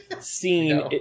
scene